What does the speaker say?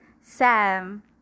Sam